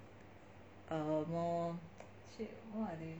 er more shit what are they